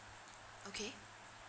okay